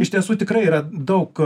iš tiesų tikrai yra daug